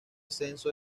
censo